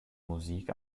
musik